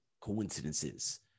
coincidences